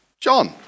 John